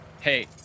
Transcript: Hey